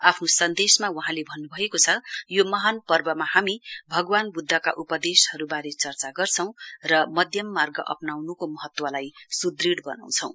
आफ्नो सन्देशमा वहाँले भन्नु भएको छ यो महान पर्वमा हामी भगवान् ब्द्वका उपदेशहरूबार चर्चा गर्छौं र मध्यममार्ग अप्नाउनुको महत्वलाई सुदृङ बनाउँछौं